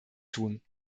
tun